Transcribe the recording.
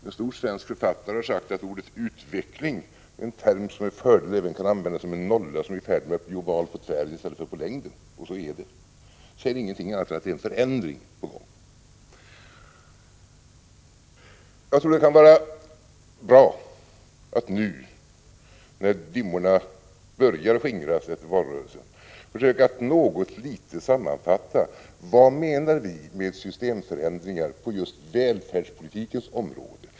En stor svensk författare har sagt att ordet utveckling är en term som med fördel kan användas som en nolla — som en oval utdragen på längden i stället för på höjden — och så är det. Ordet säger ingenting annat än att en förändring är på Jag tror att det kan vara bra att nu när dimmorna börjar skingras efter valrörelsen försöka något litet sammanfatta vad vi menar med systemförändringar just på välfärdspolitikens område.